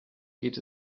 geht